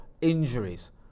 injuries